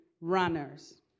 runners